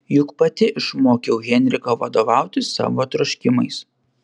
juk pati išmokiau henriką vadovautis savo troškimais